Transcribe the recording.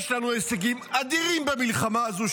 יש לנו הישגים אדירים במלחמה הזו,